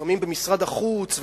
ולפעמים במשרד החוץ,